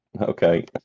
Okay